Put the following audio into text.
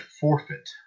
forfeit